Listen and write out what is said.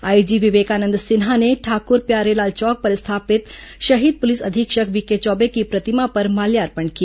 IG Vivekanand Sinha ने ठाकुर प्यारेलाल चौक पर स्थापित शहीद पुलिस अधीक्षक वीके चौबे की प्रतिमा पर माल्यार्पण किया